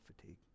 fatigue